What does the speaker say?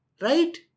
Right